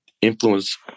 influence